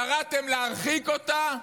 קראתם להרחיק אותה?